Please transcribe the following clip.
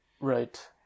Right